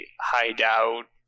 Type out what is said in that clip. hideout